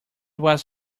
was